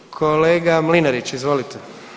Kolega Mlinarić izvolite.